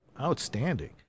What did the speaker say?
Outstanding